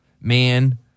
man